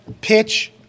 pitch